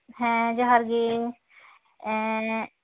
ᱦᱮᱸ ᱡᱚᱦᱟᱨᱜᱮ ᱜᱮ